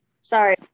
Sorry